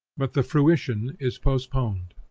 but the fruition is postponed.